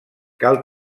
cal